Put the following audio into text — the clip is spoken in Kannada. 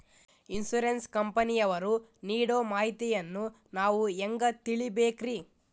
ಇನ್ಸೂರೆನ್ಸ್ ಕಂಪನಿಯವರು ನೀಡೋ ಮಾಹಿತಿಯನ್ನು ನಾವು ಹೆಂಗಾ ತಿಳಿಬೇಕ್ರಿ?